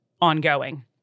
ongoing